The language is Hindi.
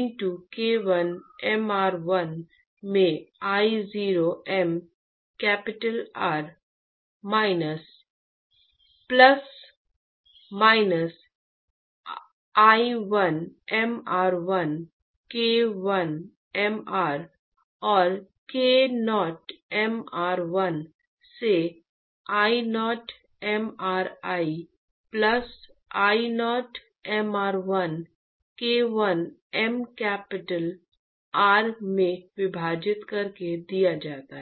ईंटो K1 mr1 में I0 m capital R plus minus I1 mr1 K1 mR को K0 mr1 से I0 mRI plus I0 mr1 K1 m capital R में विभाजित करके दिया जाता है